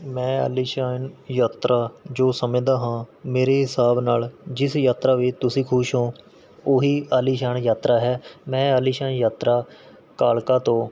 ਮੈਂ ਆਲੀਸ਼ਾਨ ਯਾਤਰਾ ਜੋ ਸਮਝਦਾ ਹਾਂ ਮੇਰੇ ਹਿਸਾਬ ਨਾਲ਼ ਜਿਸ ਯਾਤਰਾ ਵਿੱਚ ਤੁਸੀਂ ਖੁਸ਼ ਹੋ ਉਹੀ ਆਲੀਸ਼ਾਨ ਯਾਤਰਾ ਹੈ ਮੈਂ ਆਲੀਸ਼ਾਨ ਯਾਤਰਾ ਕਾਲਕਾ ਤੋਂ